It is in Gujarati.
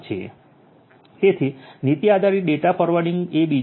તેથી નીતિ આધારિત ડેટા ફોરવર્ડિંગ એ બીજો છે